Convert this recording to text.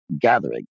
gathering